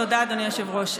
תודה, אדוני היושב-ראש.